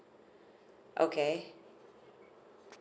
okay